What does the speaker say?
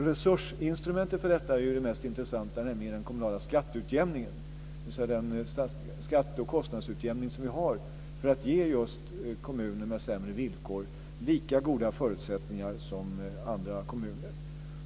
Resursinstrumentet för detta är det mest intressanta, nämligen den kommunala skatteutjämningen - den skatte och kostnadsutjämning som vi har för att ge just kommuner med sämre villkor lika goda förutsättningar som andra kommuner.